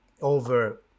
over